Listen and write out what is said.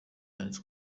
yanditse